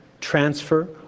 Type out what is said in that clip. transfer